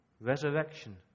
Resurrection